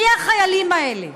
מי החיילים האלה?